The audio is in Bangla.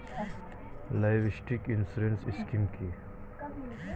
লাইভস্টক ইন্সুরেন্স স্কিম কি?